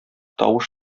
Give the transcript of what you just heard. тавыш